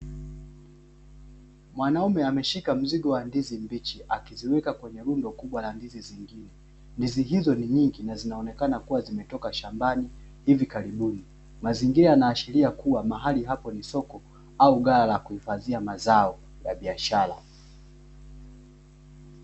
Mwanaume ameshika mzigo wa ndizi mbichi akiziweka kwenye rundo kubwa la ndizi zingine, ndizi hizo ni nyingi na zinaonekana kuwa zimetoka shambani hivi karibuni. Mazingira yanaashiria kuwa mahali hapo ni soko au ghala la kuhifadhia mazao ya biashara.